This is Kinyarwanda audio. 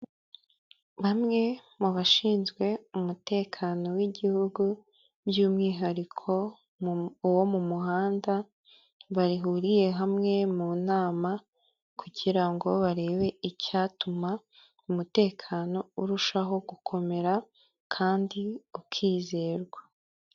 Bamwe mu bashinzwe umutekano w'igihugu by' umwihariko wo mu muhanda bahuriye hamwe mu nama kugira ngo barebe icyatuma umutekano urushaho gukomera kandi ukizerwa